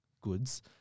goods